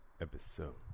episode